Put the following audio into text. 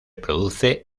produce